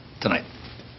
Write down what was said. tonight